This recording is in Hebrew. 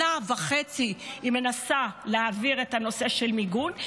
שנה וחצי היא מנסה להעביר את הנושא של מיגון,